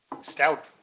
stout